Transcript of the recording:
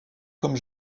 comme